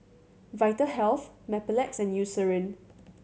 Vitahealth Mepilex and Eucerin